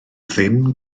ddim